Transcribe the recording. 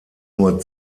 nur